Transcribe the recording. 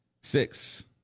Six